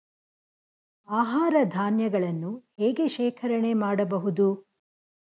ಆಹಾರ ಧಾನ್ಯಗಳನ್ನು ಹೇಗೆ ಶೇಖರಣೆ ಮಾಡಬಹುದು?